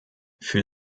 für